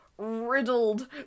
riddled